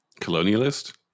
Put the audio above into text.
Colonialist